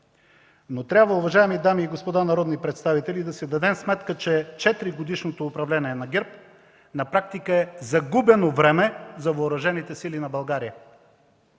Но трябва, уважаеми дами и господа народни представители, да си дадем сметка, че 4-годишното управление на ГЕРБ на практика е загубено време за Въоръжените сили на България,